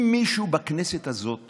אם מישהו בכנסת הזאת